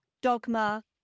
Dogma